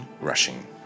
rushing